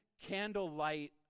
candlelight